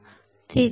ते तिथे नाही